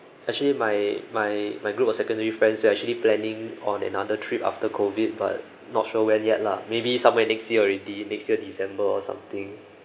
actually my my my group of secondary friends we are actually planning on another trip after COVID but not sure when yet lah maybe somewhere next year already next year december or something